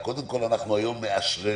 מאשררים.